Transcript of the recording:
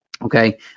Okay